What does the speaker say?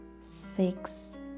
six